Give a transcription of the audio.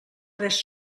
tres